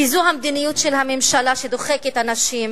כי זו המדיניות של הממשלה שדוחקת אנשים